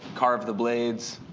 carve the blades.